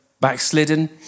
backslidden